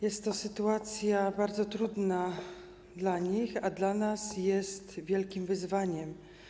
Jest to sytuacja bardzo trudna dla nich, a dla nas jest wielkim wyzwaniem.